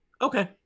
Okay